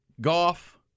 Goff